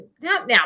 Now